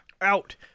Out